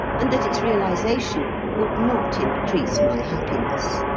and that its realization would not increase my happiness.